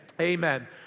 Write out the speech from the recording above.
amen